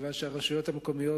כיוון שהרשויות המקומיות,